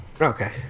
Okay